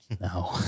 no